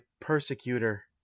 persecutor